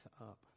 up